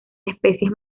especies